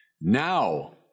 now